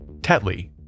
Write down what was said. Tetley